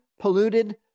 polluted